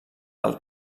del